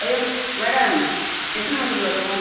அய்யோ மேடம் எத்தனை மணிக்கு வரட்டும்